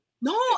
No